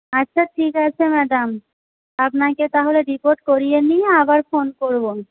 আচ্ছা ঠিক আছে ম্যাডাম আপনাকে তা হলে রিপোর্ট করিয়ে নিয়ে আবার ফোন করব